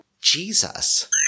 Jesus